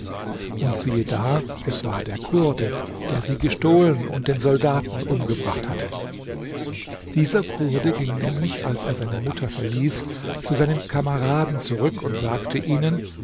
und siehe da es war der kurde der sie gestohlen und den soldaten umgebracht hatte dieser kurde ging nämlich als er seine mutter verließ zu seinen kameraden zurück und sagte ihnen